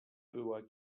była